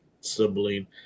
sibling